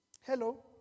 Hello